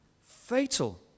fatal